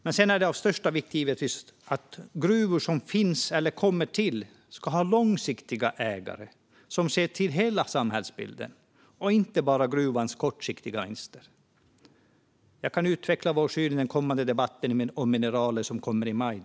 Sedan är det givetvis av största vikt att gruvor som finns eller kommer till ska ha långsiktiga ägare som ser till hela samhällsbilden och inte bara gruvans kortsiktiga vinster. Jag kan utveckla vår syn i debatten om mineraler som kommer i maj.